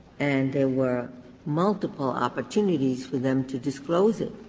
and there were multiple opportunities for them to disclose it,